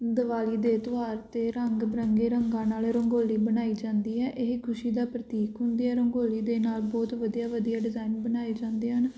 ਦਿਵਾਲੀ ਦੇ ਤਿਉਹਾਰ 'ਤੇ ਰੰਗ ਬਿਰੰਗੇ ਰੰਗਾਂ ਨਾਲ ਰੰਗੋਲੀ ਬਣਾਈ ਜਾਂਦੀ ਹੈ ਇਹ ਖੁਸ਼ੀ ਦਾ ਪ੍ਰਤੀਕ ਹੁੰਦੀ ਰੰਗੋਲੀ ਦੇ ਨਾਲ ਬਹੁਤ ਵਧੀਆ ਵਧੀਆ ਡਿਜ਼ਾਇਨ ਬਣਾਏ ਜਾਂਦੇ ਹਨ